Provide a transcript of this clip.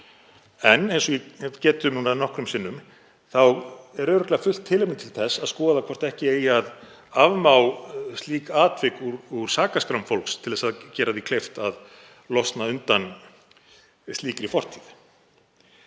En eins og ég hef getið um núna nokkrum sinnum þá er örugglega fullt tilefni til þess að skoða hvort ekki eigi að afmá slík atvik úr sakaskrám fólks til að gera því kleift að losna undan slíkri fortíð.